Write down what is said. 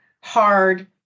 hard